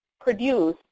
produce